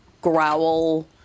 growl